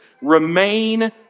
remain